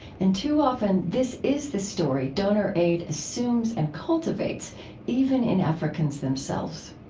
and too often this is the story donor aid assumes and cultivates even in africans themselves